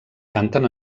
canten